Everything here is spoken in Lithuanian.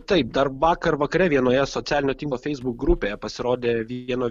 taip dar vakar vakare vienoje socialinio tinklo facebook grupėje pasirodė vieno